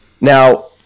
Now